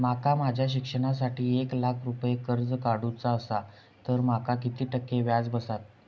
माका माझ्या शिक्षणासाठी एक लाख रुपये कर्ज काढू चा असा तर माका किती टक्के व्याज बसात?